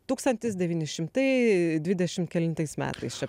tūkstantis devyni šimtai dvidešim kelintais metais čia